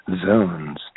zones